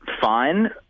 fine